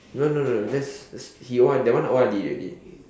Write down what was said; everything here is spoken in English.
no no no that's that's he O_R that O_R_Ded already